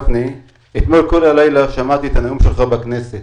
אתמול בלילה שמעתי את הנאום שלך בכנסת.